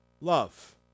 love